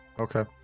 Okay